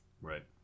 Right